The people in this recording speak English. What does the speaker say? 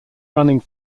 running